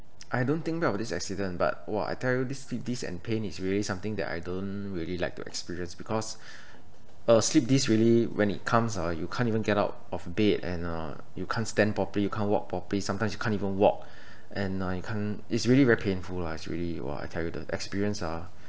I don't think back on this accident but !wah! I tell you this slip disc and pain is really something that I don't really like to experience because a slip disc really when it comes uh you can't even get out of bed and uh you can't stand properly you can't walk properly sometimes you can't even walk and you can't it's really very painful lah it's really !wah! I tell you the experience ah